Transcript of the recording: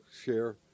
share